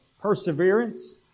perseverance